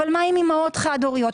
אבל מה עם אימהות חד הוריות?